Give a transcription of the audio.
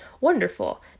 wonderful